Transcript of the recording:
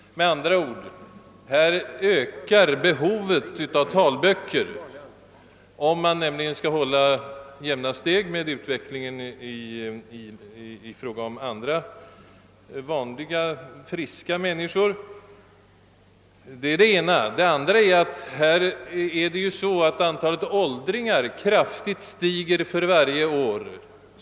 Med andra ord: behovet av talböcker ökar om man skall hålla jämna steg med kulturutvecklingen bland helt friska människor. Det andra motivet är att antalet åldringar stiger kraftigt för varje år.